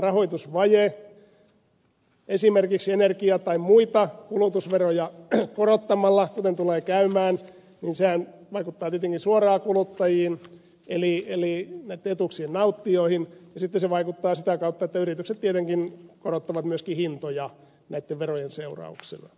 rahoitusvaje kompensoidaan esimerkiksi energia tai muita kulutusveroja korottamalla kuten tulee käymään niin sehän vaikuttaa tietenkin suoraan kuluttajiin eli näitten etuuksien nauttijoihin ja sitten se vaikuttaa sitä kautta että yritykset tietenkin korottavat myöskin hintoja näitten verojen seurauksena